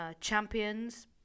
champions